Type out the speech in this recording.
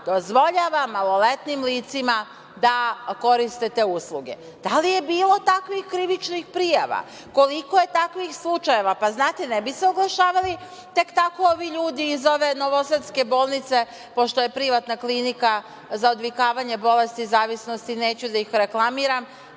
dozvoljava maloletnim licima da koriste te usluge? Da li je bilo takvih krivičnih prijava? Koliko je takvih slučajeva? Znate, ne bi se oglašavali tek tako ovi ljudi iz ove novosadske bolnice, pošto je privatna klinika za odvikavanje bolesti zavisnosti, neću da ih reklamiram,